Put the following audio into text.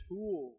Tool